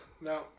No